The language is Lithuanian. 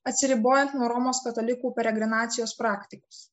atsiribojant nuo romos katalikų peregrinacijo praktikos